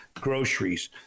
groceries